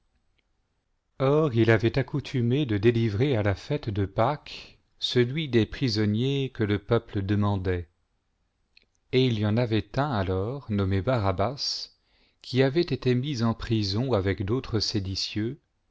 or il avait accoutumé de délivrer à la fête de pâques celui des prisonniers que le peuple demandait et il y en avait un alors nommé barabbas qui avait été mis en prison avec d autres séditieux